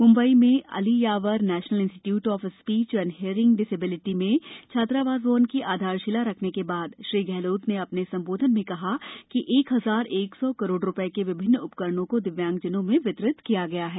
म्ंबई में Ali Yavar national institute of speech and hearing disability में छात्रावास भवन की आधारशिला रखने के बाद श्री गहलोत ने अपने संबोधन में कहा कि एक हजार एक सौ करोड़ रूपये के विभिन्न उपकरणों को दिव्यांगजनों में वितरित किया गया है